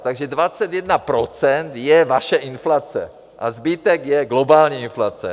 Takže 21 % je vaše inflace a zbytek je globální inflace.